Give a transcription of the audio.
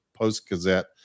Post-Gazette